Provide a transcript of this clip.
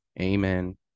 amen